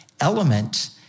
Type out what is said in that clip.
element